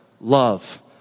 love